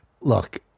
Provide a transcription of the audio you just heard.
look